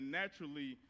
naturally